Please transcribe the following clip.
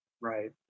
Right